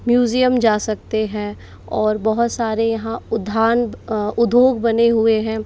museum जा सकते हैं और बहुत सारे यहाँ उद्यान उद्योग बने हुए हैं